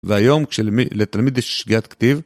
והיום כשלמי, לתלמיד יש שגיאת כתיב